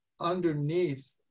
underneath